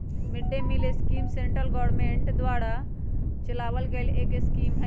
mid day meal scheme central government द्वारा चलावल गईल एक स्कीम हई